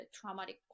traumatic